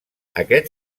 aquest